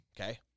okay